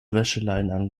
wäscheleinen